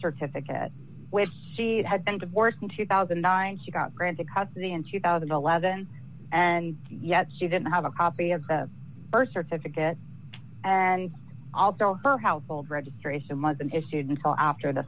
certificate which she had been divorced in two thousand and nine he got granted custody in two thousand and eleven and yet she didn't have a copy of the birth certificate and also her household registration month and it stayed until after the